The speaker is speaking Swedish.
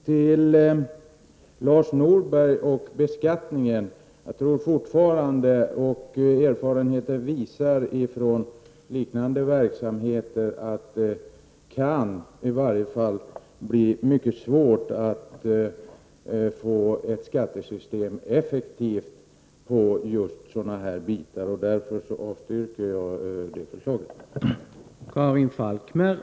Till Lars Norberg vill jag säga att erfarenheter från liknande verksamheter visar att det i varje fall kan bli mycket svårt att få ett skattesystem effektivt på just sådana här områden. Därför avstyrker jag det förslaget.